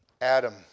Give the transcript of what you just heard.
Adam